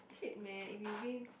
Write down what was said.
shit man if it rains